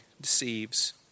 deceives